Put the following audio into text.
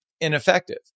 ineffective